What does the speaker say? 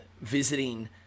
visiting